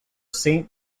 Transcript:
saint